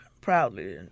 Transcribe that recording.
proudly